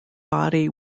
body